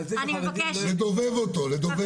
אני מנסה לעזור לו, לדובב אותו.